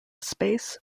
space